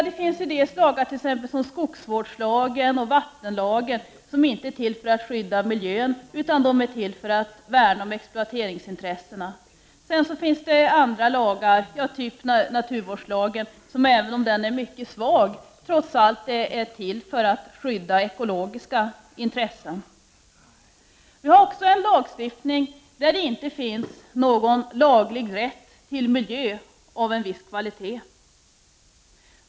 Det finns t.ex. lagar som skogsvårdslagen och vattenlagen som inte är till för att skydda miljön utan för att värna om exploateringsintressena. Sedan finns det lagar som t.ex. naturvårdslagen som även om den är svag trots allt är till för att skydda ekolo giska intressen. Nu finns det också en lagstiftning där det inte finns någon laglig rätt till en miljö av en viss kvalitet.